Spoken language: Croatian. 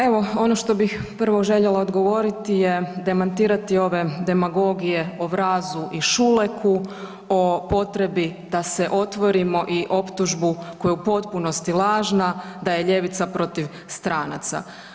Evo ono što bih prvo željela odgovoriti je demantirati ove demagogije o Vrazu i Šuleku, o potrebi da se otvorimo i optužbu koja je u potpunosti lažna da je ljevica protiv stranca.